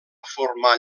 formar